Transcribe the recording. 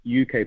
UK